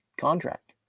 contract